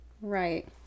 Right